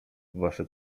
wasze